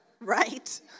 Right